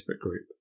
group